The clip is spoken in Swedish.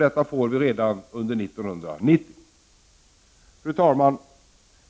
Detta får vi redan under 1990. Fru talman!